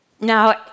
Now